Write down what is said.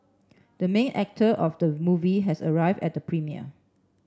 the main actor of the movie has arrive at the premiere